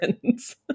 friends